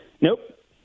Nope